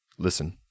Listen